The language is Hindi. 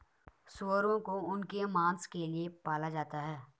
सूअरों को उनके मांस के लिए पाला जाता है